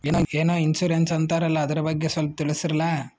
ಏನೋ ಇನ್ಸೂರೆನ್ಸ್ ಅಂತಾರಲ್ಲ, ಅದರ ಬಗ್ಗೆ ಸ್ವಲ್ಪ ತಿಳಿಸರಲಾ?